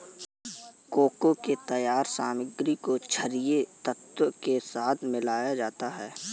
cocoa के तैयार सामग्री को छरिये तत्व के साथ मिलाया जाता है